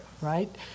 right